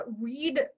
read